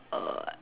uh